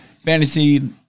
fantasy